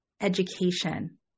education